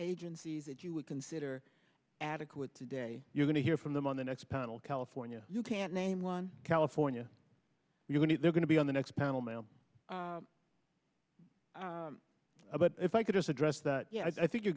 agencies that you would consider adequate today you're going to hear from them on the next panel california you can't name one california you can if they're going to be on the next panel mel but if i could just address that yeah i think you're